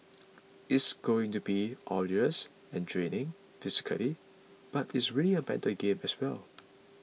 it's going to be arduous and draining physically but it's really a mental game as well